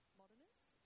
modernist